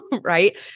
right